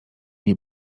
nie